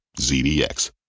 ZDX